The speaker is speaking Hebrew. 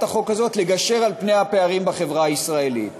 החוק הזאת לגשר על-פני הפערים בחברה הישראלית.